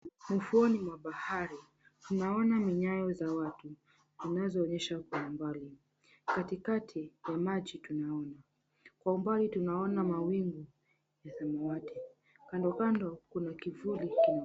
Ufuoni mwa bahari, tunaona minyayo za watu zinazoonyesha kwa umbali. Katikati ya maji tunaona. Kwa umbali tunaona mawingu ya samawati. Kando kando kuna kivuli kina...